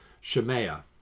Shemaiah